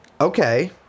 Okay